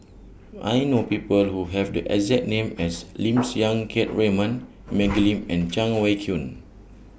I know People Who Have The exact name as Lim Siang Keat Raymond Maggie Lim and Cheng Wai Keung